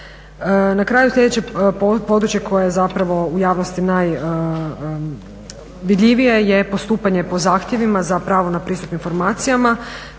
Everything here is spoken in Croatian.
Na kraju sljedeće područje koje je zapravo u javnosti najvidljivije je postupanje po zahtjevima za pravo na pristup informacijama.